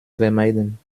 vermeiden